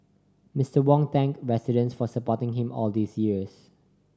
Mister Wong thanked residents for supporting him all these years